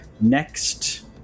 next